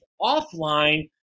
offline